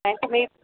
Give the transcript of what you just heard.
तुम्ही